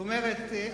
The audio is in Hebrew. זאת אומרת,